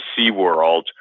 SeaWorld